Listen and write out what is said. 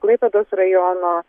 klaipėdos rajono